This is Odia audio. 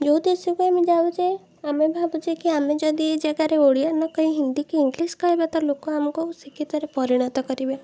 ଯେଉଁ ଦେଶକୁ ଆମେ ଯାଉଛେ ଆମେ ଭାବୁଛେ କି ଆମେ ଯଦି ଏଇ ଜାଗାରେ ଓଡ଼ିଆ ନ କହି ହିନ୍ଦୀ କି ଇଂଲିଶ କହିବା ତ ଲୋକ ଆମକୁ ଶିକ୍ଷିତରେ ପରିଣତ କରିବେ